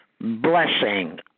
blessing